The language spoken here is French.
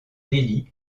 delhi